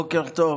בוקר טוב,